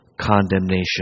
condemnation